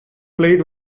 played